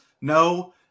No